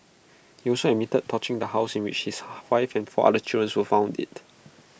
he also admitted torching the house in which his wife and four other children were found dead